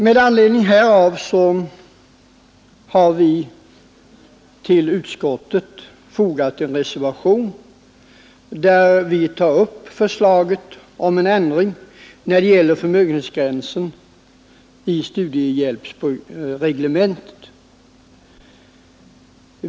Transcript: Med anledning härav har vi till utskottet fogat en reservation, där vi tar upp förslaget om en ändring beträffande förmögenhetsgränsen i studiehjälpsreglementet.